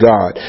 God